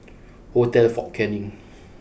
Hotel Fort Canning